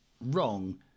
wrong